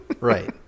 Right